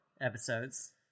episodes